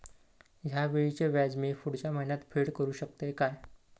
हया वेळीचे व्याज मी पुढच्या महिन्यात फेड करू शकतय काय?